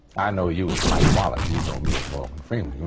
i know you as mike wallace. you know me as morgan freeman.